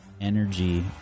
energy